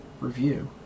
review